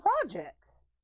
projects